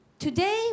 Today